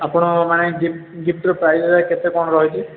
ଆପଣ ମାନେ ଗିଫ୍ଟ ଗିଫ୍ଟର ପ୍ରାଇସ୍ ଯାକ କେତେ କ'ଣ ରହିଛି